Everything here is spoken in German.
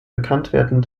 bekanntwerden